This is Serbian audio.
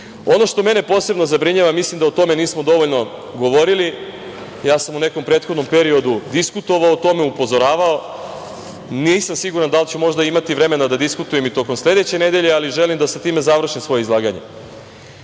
što mene posebno zabrinjava, mislim da o tome nismo dovoljno govorili, ja sam u nekom prethodnom periodu diskutovao o tome, upozoravao, nisam siguran da li ću možda imati vremena da diskutujem i tokom sledeće nedelje, ali želim da sa tim završim svoje izlaganje. Srpskoj